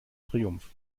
triumph